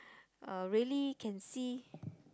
uh really can see